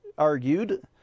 argued